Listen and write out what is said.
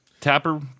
tapper